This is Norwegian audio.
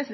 Eg